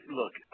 look